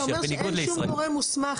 אתה אומר שאין שום גורם מוסמך,